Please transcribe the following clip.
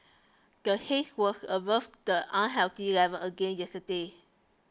the haze was above the unhealthy level again yesterday